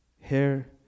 Hair